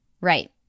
Right